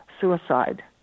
suicide